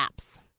apps